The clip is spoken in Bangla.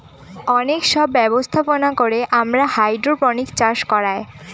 অনেক সব ব্যবস্থাপনা করে আমরা হাইড্রোপনিক্স চাষ করায়